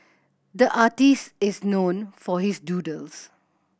the artist is known for his doodles